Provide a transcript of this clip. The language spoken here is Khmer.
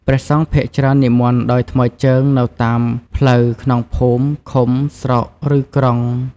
ព្រះសង្ឃភាគច្រើននិមន្តដោយថ្មើរជើង នៅតាមផ្លូវក្នុងភូមិ ឃុំ ស្រុក ឬក្រុង។